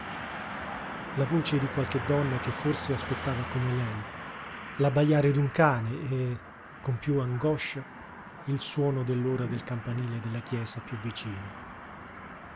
la voce di qualche donna che forse aspettava come lei l'abbajare d'un cane e con piú angoscia il suono dell'ora dal campanile della chiesa piú vicina